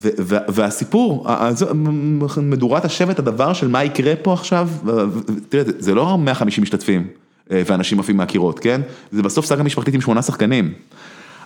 והסיפור, מדורת השבט, הדבר של מה יקרה פה עכשיו, תראה, זה לא מאה חמישים משתתפים ואנשים עפים מהקירות, כן? זה בסוף סגה משפחתית עם שמונה שחקנים.